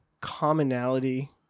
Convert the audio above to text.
commonality